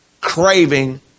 craving